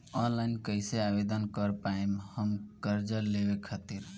Online कइसे आवेदन कर पाएम हम कर्जा लेवे खातिर?